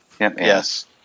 Yes